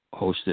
hosted